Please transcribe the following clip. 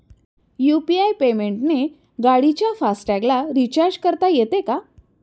UPI पेमेंटने गाडीच्या fast टॅगला रिर्चाज करता येते का?